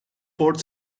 fort